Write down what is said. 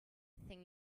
think